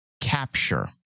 capture